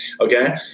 Okay